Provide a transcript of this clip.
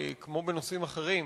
כמו בנושאים אחרים,